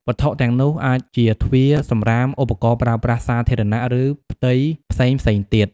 វត្ថុទាំងនោះអាចជាទ្វារ សំរាម ឧបករណ៍ប្រើប្រាស់សាធារណៈ ឬផ្ទៃផ្សេងៗទៀត។